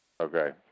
Okay